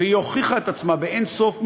והיא הוכיחה את עצמה באין-סוף מבחנים.